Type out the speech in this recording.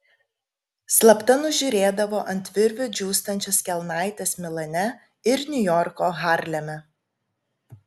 slapta nužiūrėdavo ant virvių džiūstančias kelnaites milane ir niujorko harleme